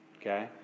okay